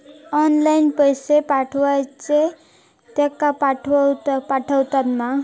Online पैसे पाठवचे तर तेका पावतत मा?